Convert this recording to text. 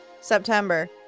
September